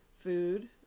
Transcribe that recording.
Food